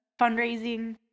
fundraising